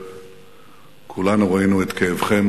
וכולנו ראינו את כאבכם